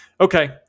Okay